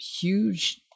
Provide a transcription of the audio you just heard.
huge